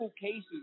cases